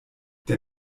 der